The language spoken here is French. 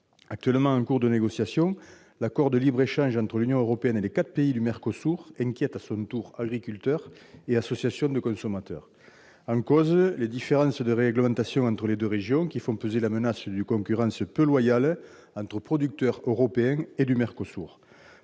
du CETA. En cours de négociation, l'accord de libre-échange entre l'Union européenne et les quatre pays du MERCOSUR inquiète à son tour agriculteurs et associations de consommateurs. En cause, les différences de réglementation entre les deux régions qui font peser la menace d'une concurrence peu loyale entre les producteurs européens et ceux